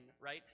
right